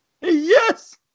Yes